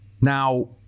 Now